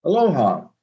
Aloha